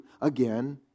again